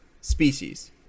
species